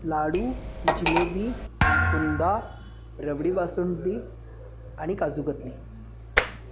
लाडू जिलेबी कुंदा रबडी बासुंदी आणि काजूकतली